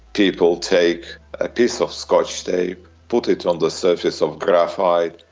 people take a piece of scotch tape, put it on the surface of graphite,